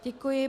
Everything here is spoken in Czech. Děkuji.